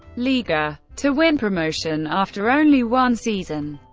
liga to win promotion after only one season.